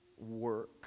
work